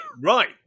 right